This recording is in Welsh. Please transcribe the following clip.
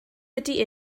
ydy